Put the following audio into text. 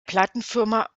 plattenfirma